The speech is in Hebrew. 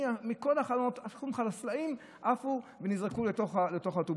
מכל החלונות סלעים עפו ונזרקו לתוך האוטובוסים.